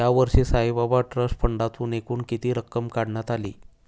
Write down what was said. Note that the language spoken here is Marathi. यावर्षी साईबाबा ट्रस्ट फंडातून एकूण किती रक्कम काढण्यात आली?